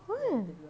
!wah!